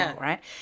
right